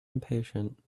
impatient